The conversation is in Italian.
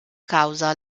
causa